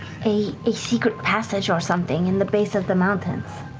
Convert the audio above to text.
a secret passage or something in the base of the mountains.